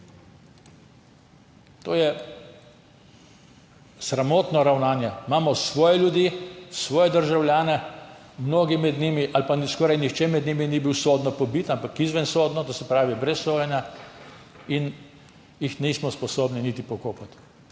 To je sramotno ravnanje. Imamo svoje ljudi, svoje državljane. Mnogi med njimi ali pa skoraj nihče med njimi ni bil sodno pobit, ampak izvensodno, to se pravi brez sojenja, in jih nismo sposobni niti pokopati.